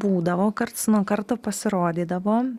būdavo karts nuo karto pasirodydavo